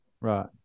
Right